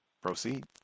proceed